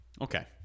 Okay